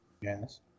Yes